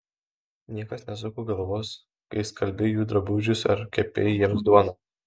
niekas nesuko galvos kai skalbei jų drabužius ar kepei jiems duoną